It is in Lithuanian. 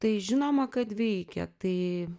tai žinoma kad veikia tai